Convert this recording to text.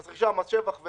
מס רכישה ומס שבח.